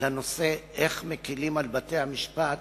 לנושא של איך מקלים על בתי-המשפט